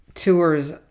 Tours